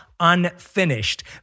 Unfinished